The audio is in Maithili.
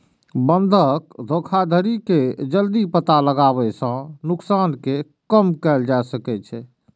बंधक धोखाधड़ी के जल्दी पता लगाबै सं नुकसान कें कम कैल जा सकै छै